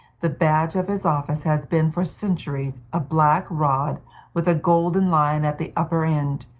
the badge of his office has been, for centuries, a black rod with a golden lion at the upper end,